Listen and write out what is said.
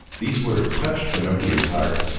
these words touched pinocchio's heart.